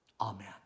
Amen